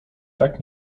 tak